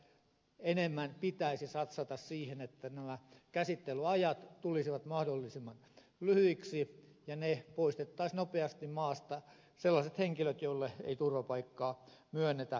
sen johdosta pitäisi enemmän satsata siihen että nämä käsittelyajat tulisivat mahdollisimman lyhyiksi ja poistettaisiin nopeasti maasta sellaiset henkilöt joille ei turvapaikkaa myönnetä